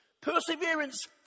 Perseverance